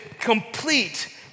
complete